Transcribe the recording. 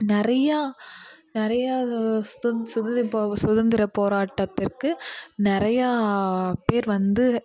நிறையா நிறையா சுதந் சுதந்திர போராட்டத்திற்கு நிறையா பேர் வந்து